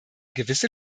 gewisse